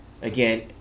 Again